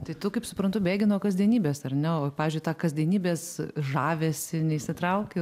tai tu kaip suprantu bėgi nuo kasdienybės ar ne o pavyzdžiui tą kasdienybės žavesį neįsitrauki